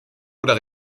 oder